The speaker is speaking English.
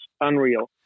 unreal